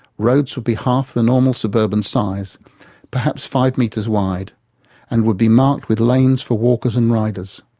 roads would be half the normal suburban size perhaps five metres wide and would be marked with lanes for walkers and riders.